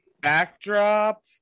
backdrop